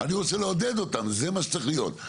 אני רוצה לעודד אותם, זה מה שצריך להיות.